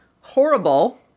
Horrible